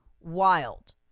wild